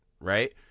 Right